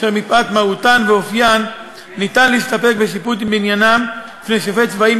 אשר מפאת מהותן ואופיין ניתן להסתפק בשיפוט בעניינן לפני שופט צבאי,